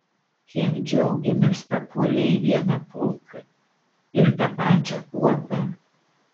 kiek džiaugėmės papuolę į vieną pulką ir tą pačią kuopą